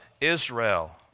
Israel